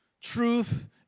Truth